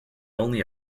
only